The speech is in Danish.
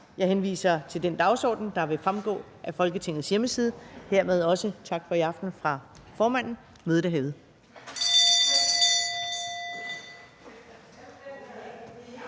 Jeg henviser til den dagsorden, der fremgår af Folketingets hjemmeside. Hermed også tak for i aften fra formanden. Mødet